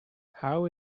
how